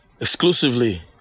exclusively